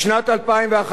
בשנה שעברה,